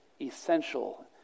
essential